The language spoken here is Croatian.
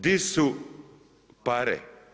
Di su pare?